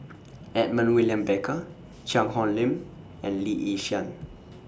Edmund William Barker Cheang Hong Lim and Lee Yi Shyan